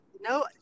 No